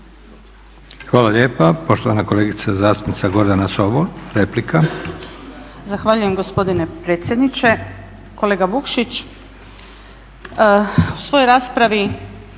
Hvala lijepa. Poštovana kolegica zastupnika Gordana Sobol replika.